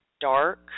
dark